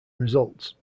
results